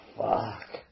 fuck